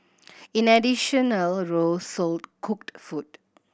in additional row sold cooked food